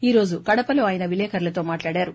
ఈ రోజు కడపలో ఆయన విలేకర్లతో మాట్లాడారు